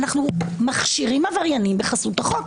אנחנו מכשירים עבריינים בחסות החוק.